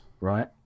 Right